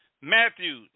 Matthew